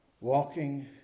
walking